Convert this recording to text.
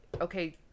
okay